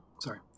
Sorry